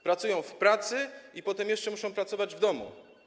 Pracują w pracy i potem jeszcze muszą pracować w domu.